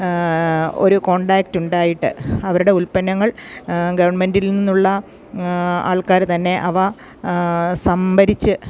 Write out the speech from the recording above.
ഒരു കോൺടാക്റ്റ് ഉണ്ടാക്കിയിട്ട് അവരുടെ ഉൽപ്പന്നങ്ങൾ ഗവൺമെൻറ്റിൽ നിന്നുള്ള ആൾക്കാര് തന്നെ അവ സംഭരിച്ച്